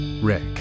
Rick